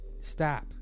Stop